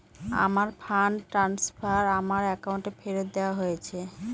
আমার fund transfer আমার অ্যাকাউন্টে ফেরত দেওয়া হয়েছে